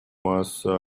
массы